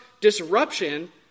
disruption